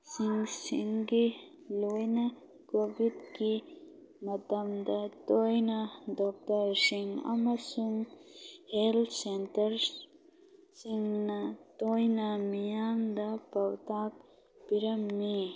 ꯁꯤꯡꯁꯤꯡꯒꯩ ꯂꯣꯏꯅ ꯀꯣꯕꯤꯠꯀꯤ ꯃꯇꯝꯗ ꯇꯣꯏꯅ ꯗꯣꯛꯇꯔꯁꯤꯡ ꯑꯃꯁꯨꯡ ꯍꯦꯜꯇ ꯁꯦꯟꯇꯔꯁꯤꯡꯅ ꯇꯣꯏꯅ ꯃꯤꯌꯥꯝꯗ ꯄꯥꯎꯇꯥꯛ ꯄꯤꯔꯝꯃꯤ